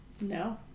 no